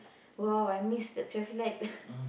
!wow! I miss the traffic light